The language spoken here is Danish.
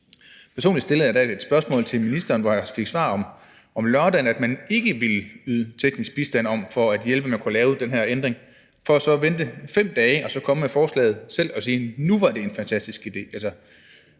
Personligt stillede jeg endda et spørgsmål til ministeren, hvor ministeren svarede om lørdagen, at man ikke ville yde teknisk bistand for at hjælpe med at kunne lave den her ændring, for så at vente 5 dage og så komme med forslaget selv og sige: Nu er det en fantastisk idé.